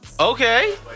Okay